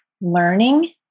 learning